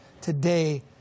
today